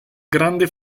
grande